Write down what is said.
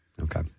Okay